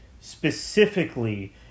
specifically